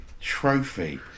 Trophy